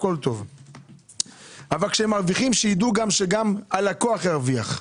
אבל כשמרוויחים שיידעו שגם הלקוח ירוויח.